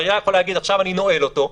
והעירייה יכולה להגיד: עכשיו אני נועלת אותו,